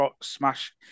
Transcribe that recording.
smash